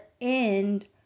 end